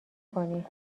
کنی